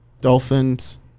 Dolphins